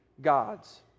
gods